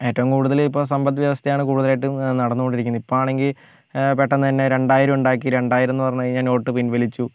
ഏറ്റവും കൂടുതൽ ഇപ്പോൾ സമ്പത്ത് വ്യവസ്ഥയാണ് കൂടുതലായിട്ടും നടന്നുകൊണ്ടിരിക്കുന്നത് ഇപ്പോഴാണെങ്കിൽ പെട്ടെന്ന് തന്നെ രണ്ടായിരം ഉണ്ടാക്കി രണ്ടായിരം എന്ന പറഞ്ഞുകഴിഞ്ഞ നോട്ട് പിൻവലിച്ചു